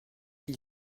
ils